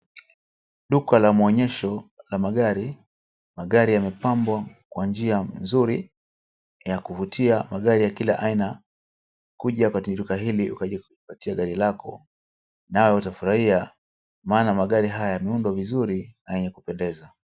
Duka la maonyesho la magari. Magari yamepambwa kwa njia nzuri na ya kuvutia, magari ya kila aina. Kuja katika duka hili upate kujipatia gari lako, nayo utafurahia maana magari yameundwa vizuri na ya kupendeza.